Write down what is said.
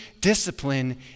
discipline